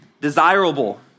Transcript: desirable